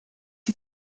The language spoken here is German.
die